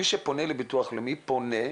מי שפונה לביטוח לאומי פונה,